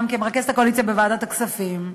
גם כמרכזת הקואליציה בוועדת הכספים,